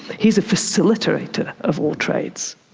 he's a facilitator of all trades.